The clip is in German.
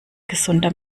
gesunder